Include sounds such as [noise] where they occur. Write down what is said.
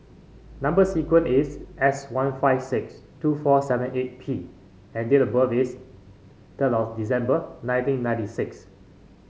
number sequence is S one five six two four seven eight P and date of birth is third [unintelligible] December nineteen ninety six